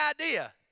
idea